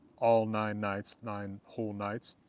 all nine nights nine whole nights,